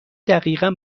دقیقا